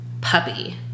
puppy